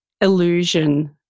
illusion